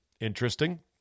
Interesting